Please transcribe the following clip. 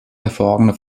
hervorragende